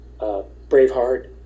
Braveheart